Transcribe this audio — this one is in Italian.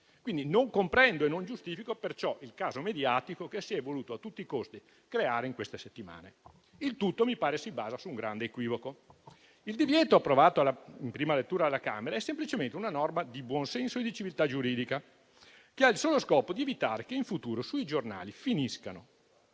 Quindi, non comprendo e non giustifico il caso mediatico che si è voluto a tutti i costi creare in queste settimane. Il tutto - mi pare - si basa su un grande equivoco. Il divieto approvato in prima lettura alla Camera è semplicemente una norma di buon senso e di civiltà giuridica, che ha il solo scopo di evitare che in futuro sui giornali finiscano